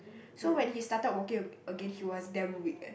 so when he started walking again he was damn weak eh